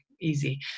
easy